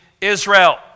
Israel